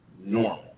normal